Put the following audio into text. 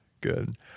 good